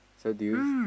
so do you